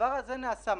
הדבר הזה נעשה.